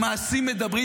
המעשים מדברים,